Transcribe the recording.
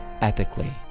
ethically